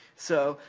so,